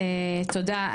תודה,